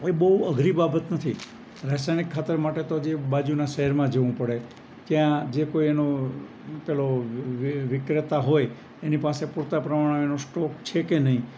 બહુ અઘરી બાબત નથી રાસાયણિક ખાતર માટે તો જે બાજુના શહેરમાં જવું પડે ત્યાં જે કોઈ એનો પેલો વિક્રેતા હોય એની પાસે પૂરતા પ્રમાણમાં એનો સ્ટોક છે કે નહીં